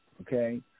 okay